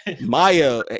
Maya